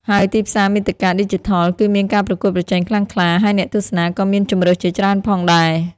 ហើយទីផ្សារមាតិកាឌីជីថលគឺមានការប្រកួតប្រជែងខ្លាំងក្លា ហើយអ្នកទស្សនាក៏មានជម្រើសជាច្រើនផងដែរ។